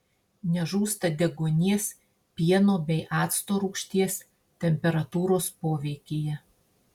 nežūsta deguonies pieno bei acto rūgšties temperatūros poveikyje